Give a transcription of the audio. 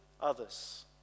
others